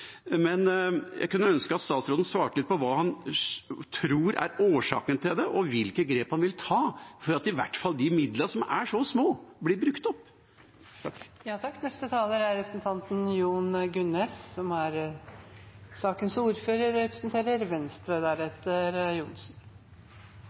men jeg kunne ønske at statsråden svarte litt på hva han tror er årsaken til det, og hvilke grep han vil ta for at i hvert fall de midlene, som er så små, blir brukt opp. Det er stor interesse rundt sykkel, og kreativiteten er